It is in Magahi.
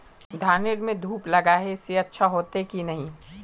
धानेर में धूप लगाए से अच्छा होते की नहीं?